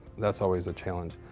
that's always a challenge.